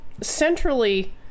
centrally